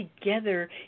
together